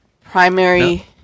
Primary